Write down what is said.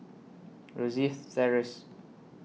Rosyth Terrace